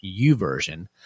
uversion